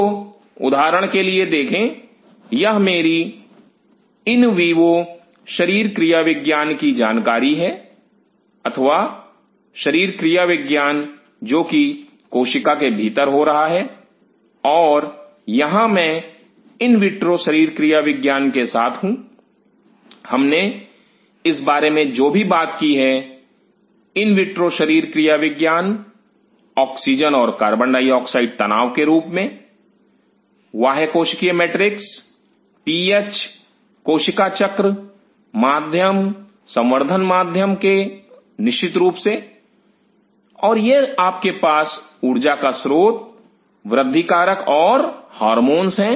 तो उदाहरण के लिए देखें यह मेरी इन वीवो शरीर क्रियाविज्ञान की जानकारी है अथवा शरीर क्रियाविज्ञान जो कि कोशिका के भीतर हो रहा है और यहां मैं इन विट्रो शरीर क्रियाविज्ञान के साथ हूं हमने इस बारे में जो भी बात की है इन विट्रो शरीर क्रियाविज्ञान ऑक्सीजन और कार्बन डाइऑक्साइड तनाव के रूप में बाह्य कोशिकीय मैट्रिक्स पीएच कोशिका चक्र माध्यम संवर्धन माध्यम के निश्चित रूप से और यह आपके पास ऊर्जा का स्रोत वृद्धि कारक और हार्मोन हैं